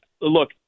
Look